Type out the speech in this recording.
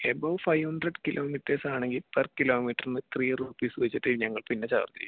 above five hundred kilometres ആണെങ്കി per കിലോമീറ്ററിന് three rupees വെച്ചിട്ടു ഞങ്ങൾ പിന്നേ ചാർജ് ചെയ്യും